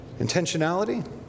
intentionality